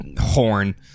horn